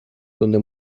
donde